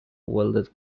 welded